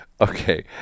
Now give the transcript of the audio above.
Okay